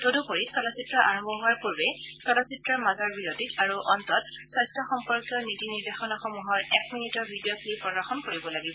তদুপৰি চলচিত্ৰ আৰম্ভ হোৱাৰ পূৰ্বে চলচিত্ৰ মাজৰ বিৰতিত আৰু অন্তত স্বাস্থ্য সম্পৰ্কীয় নীতি নিৰ্দেশনাসমূহৰ এক মিনিটৰ ভিডিঅ ক্লিপ প্ৰদৰ্শন কৰিব লাগিব